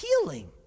healing